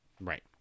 Right